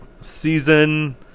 season